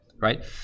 Right